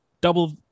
double